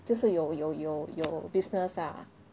就是有有有有 business ah